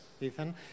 Ethan